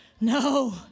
No